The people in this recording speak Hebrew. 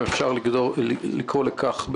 אם אפשר לקרוא לכך,